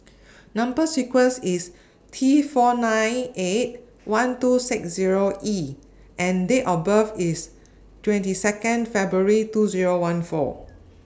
Number sequence IS T four nine eight one two six Zero E and Date of birth IS twenty Second February two Zero one four